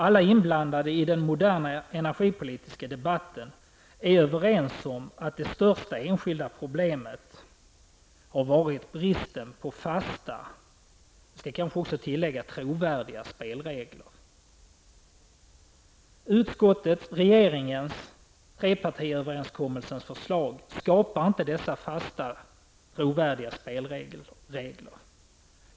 Alla inblandade i den moderna energipolitiska debatten är överens om att det största enskilda problemet har varit bristen på fasta -- jag skall kanske tillägga -- trovärdiga spelregler. Utskottets, regeringens, trepartiöverenskommelsens förslag skapar inte dessa fasta, trovärdiga spelregler.